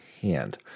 hand